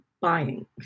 buying